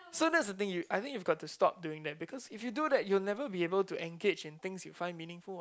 so that's the thing you I think you've got to should stop doing that cause if you do that you'll never be able to engage in things you'll find meaningful what